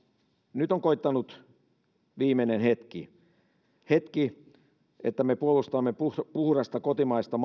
nyt on koittanut viimeinen hetki hetki että me puolustamme puhdasta kotimaista